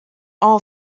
our